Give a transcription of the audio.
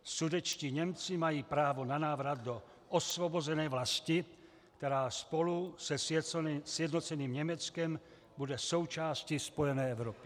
Sudetští Němci mají právo na návrat do osvobozené vlasti, která spolu se sjednoceným Německem bude součástí spojené Evropy.